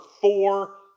four